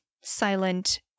silent